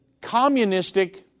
communistic